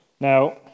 Now